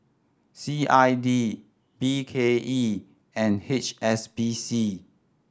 C I D B K E and H S B C